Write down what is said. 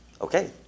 Okay